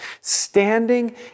standing